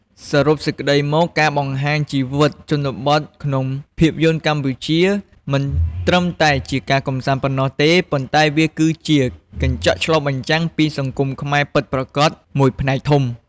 សរុបសេចក្ដីមក ការបង្ហាញជីវិតជនបទក្នុងភាពយន្តកម្ពុជា មិនត្រឹមតែជាការកម្សាន្តប៉ុណ្ណោះទេ ប៉ុន្តែវាគឺជា កញ្ចក់ឆ្លុះបញ្ចាំងពីសង្គមខ្មែរពិតប្រាកដ មួយផ្នែកធំ។